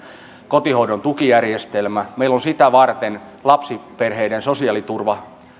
kotihoidon tukijärjestelmä meillä on sitä varten lapsiperheiden sosiaaliturva